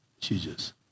Jesus